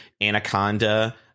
Anaconda